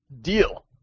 Deal